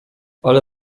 ale